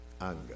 Anger